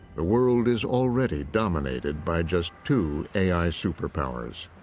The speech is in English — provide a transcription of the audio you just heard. ah world is already dominated by just two a i. superpowers.